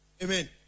Amen